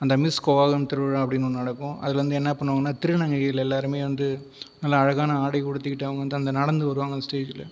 அந்த மிஸ் கூவாகம் திருவிழா அப்படின்னு ஒன்று நடக்கும் அதில் வந்து என்ன பண்ணுவாங்கன்னால் திருநங்கைகள் எல்லாேருமே வந்து நல்லா அழகான ஆடை உடுத்திகிட்டு அவங்க வந்து அந்த நடந்து வருவாங்க அந்த ஸ்டேஜில்